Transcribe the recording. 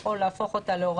אותה.